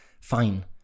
fine